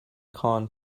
khan